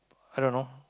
i don't know